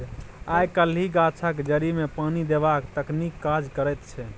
आय काल्हि गाछक जड़िमे पानि देबाक तकनीक काज करैत छै